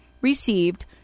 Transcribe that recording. received